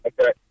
Okay